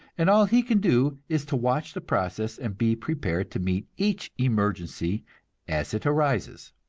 and all he can do is to watch the process and be prepared to meet each emergency as it arises.